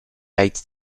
hates